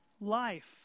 life